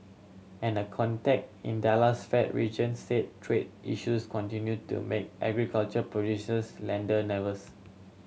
and a contact in Dallas Fed region said trade issues continue to make agriculture producers lender nervous